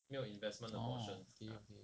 orh okay okay